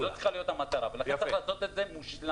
זו צריכה להיות המטרה ולכן צריך לעשות את זה מושלם.